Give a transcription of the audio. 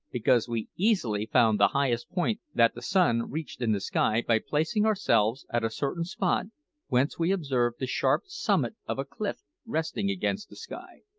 because we easily found the highest point that the sun reached in the sky by placing ourselves at a certain spot whence we observed the sharp summit of a cliff resting against the sky,